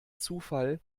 zufall